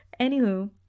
Anywho